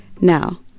Now